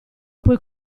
poi